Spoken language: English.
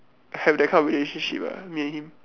have that kind of relationship ah me and him